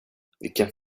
vilken